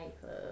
club